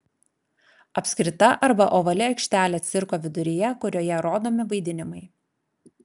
apskrita arba ovali aikštelė cirko viduryje kurioje rodomi vaidinimai